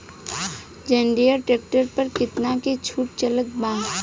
जंडियर tractor पर कितना के छूट चलत बा?